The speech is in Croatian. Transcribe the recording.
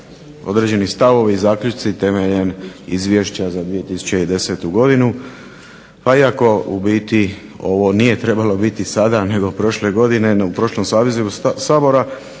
i stavovi temeljem izvješća za 2010. godinu pa iako u biti ovo nije trebalo biti sada nego prošle godine, u prošlom sazivu Sabora,